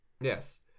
yes